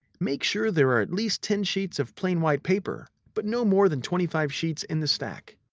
make sure there are at least ten sheets of plain white paper, but no more than twenty five sheets in the stack.